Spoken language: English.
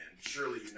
Surely